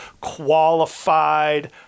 qualified